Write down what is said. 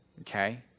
okay